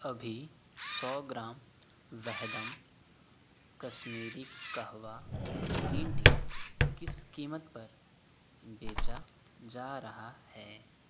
अभी सौ gram Vahdam Kashmiri kahwa green tea किस कीमत पर बेचा जा रहा है